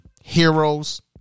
heroes